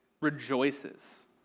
rejoices